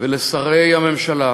ולשרי הממשלה